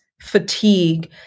fatigue